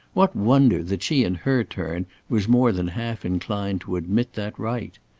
what wonder that she in her turn was more than half inclined to admit that right.